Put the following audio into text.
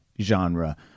genre